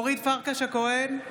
אורית פרקש הכהן, אינה